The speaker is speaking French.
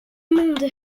monde